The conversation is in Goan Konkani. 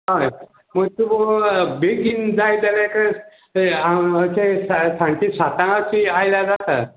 हय पय तूं बेगीन जाय जाल्यार अशें सांची सातांग आयल्या जाता